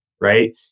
right